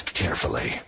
carefully